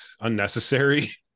unnecessary